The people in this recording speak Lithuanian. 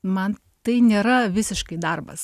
man tai nėra visiškai darbas